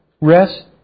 rest